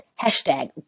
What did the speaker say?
hashtag